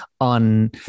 on